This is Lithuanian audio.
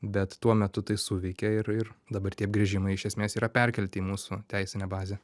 bet tuo metu tai suveikė ir ir dabar tie apgręžimai iš esmės yra perkelti į mūsų teisinę bazę